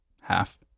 half